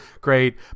great